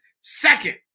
second